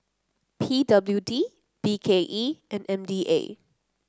P W D B K E and M D A